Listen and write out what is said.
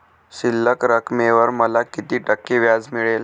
शिल्लक रकमेवर मला किती टक्के व्याज मिळेल?